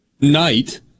night